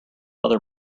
other